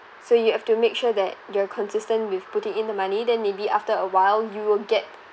so you have to make sure that you're consistent with putting in the money then maybe after a while you will get